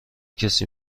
کسی